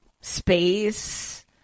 space